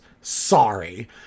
sorry